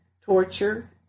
torture